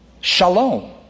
shalom